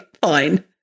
fine